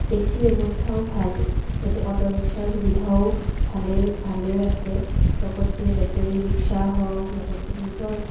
taxi ব্যৱস্থাও ভাল ইয়াতে অ'ট' ৰিক্সাৰ সুবিধাও ভালে ভালেই আছে লগতে বেটেৰী ৰিক্সা হওক লগতে নিজৰ